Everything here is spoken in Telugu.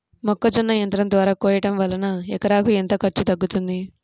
మొక్కజొన్న యంత్రం ద్వారా కోయటం వలన ఎకరాకు ఎంత ఖర్చు తగ్గుతుంది?